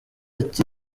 ati